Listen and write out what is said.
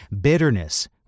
bitterness